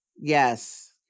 Yes